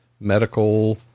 medical